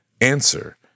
answer